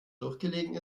durchgelegen